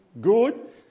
good